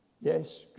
Yes